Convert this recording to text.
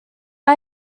but